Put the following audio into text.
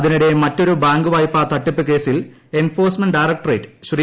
അതിനിടെ മറ്റൊരു ബാങ്ക് വായ്പാ തട്ടിപ്പ് കേസിൽ എൻഫോഴ്സ്മെന്റ് ഡയറക്ട്രറ്റ് ശ്രീ